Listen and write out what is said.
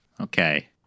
Okay